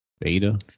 Beta